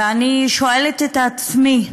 ואני שואלת את עצמי: